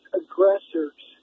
aggressors